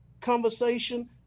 conversation